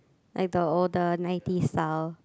like the older ninety style